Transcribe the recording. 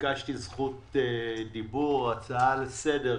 וביקשתי זכות דיבור, הצעה לסדר.